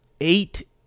eight